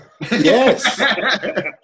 Yes